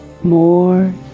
more